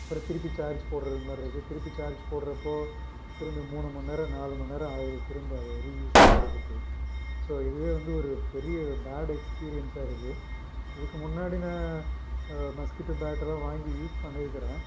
அப்புறம் திருப்பி சார்ஜ் போடுற மாதிரி இருக்குது திருப்பி சார்ஜ் போட்டுறப்போ திரும்பி மூணு மணிநேரம் நாலு மணிநேரம் ஆகுது திரும்ப அத ரீயூஸ் பண்ணுறதுக்கு ஸோ இதுவே வந்து ஒரு பெரிய பேடு எக்ஸ்பீரியன்ஸா இருக்குது இதுக்கு முன்னாடி நான் மஸ்கிட்டோ பேட்லாம் வாங்கி யூஸ் பண்ணியிருக்குறேன்